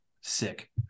sick